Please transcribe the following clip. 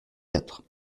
quatre